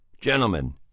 Gentlemen